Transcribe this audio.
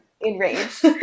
enraged